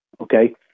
okay